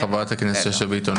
חברת הכנסת שאשא ביטון,